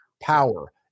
power